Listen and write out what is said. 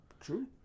true